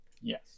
Yes